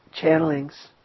channelings